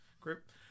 group